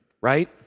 right